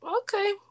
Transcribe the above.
okay